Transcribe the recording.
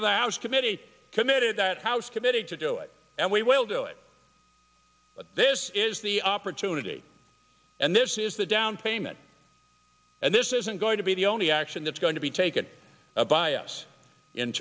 of the house committee committed that house committee to do it and we will do it but this is the opportunity and this is the down payment and this isn't going to be the only action that's going to be tak